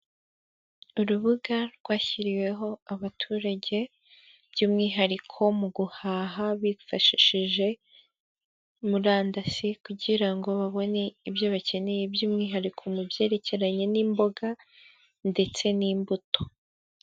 Urubuga rwashyiriweho abaturage by'umwihariko mu guhaha bifashishije murandasi, kugira ngo babone ibyo bakeneye by'umwihariko, mu byerekeranye n'imboga ndetse nimbuto.